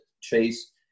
Chase